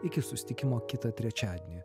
iki susitikimo kitą trečiadienį